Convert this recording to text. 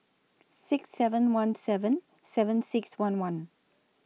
six seven one seven seven six one one